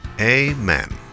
Amen